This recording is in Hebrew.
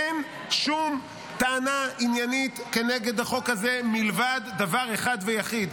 אין שום טענה עניינית כנגד החוק הזה מלבד דבר אחד ויחיד: